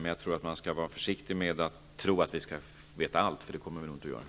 Men jag tror att man skall vara försiktig och inte tro att vi skall få veta allt, för det kommer vi inte att göra.